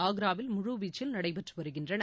ஆக்ராவில் முழுவீச்சில் நடைபெற்று வருகின்றன